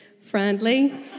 friendly